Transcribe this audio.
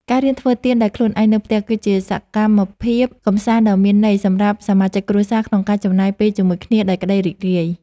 ការរៀនធ្វើទៀនដោយខ្លួនឯងនៅផ្ទះ គឺជាសកម្មភាពកម្សាន្តដ៏មានន័យសម្រាប់សមាជិកគ្រួសារក្នុងការចំណាយពេលជាមួយគ្នាដោយក្ដីរីករាយ។